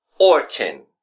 Orton